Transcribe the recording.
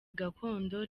gakondo